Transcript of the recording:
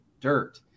dirt